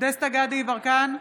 דסטה גדי יברקן,